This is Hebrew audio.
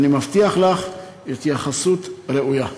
ואני מבטיח לך התייחסות ראויה.